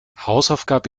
hausaufgabe